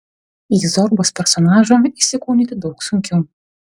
į zorbos personažą įsikūnyti daug sunkiau